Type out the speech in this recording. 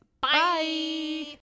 Bye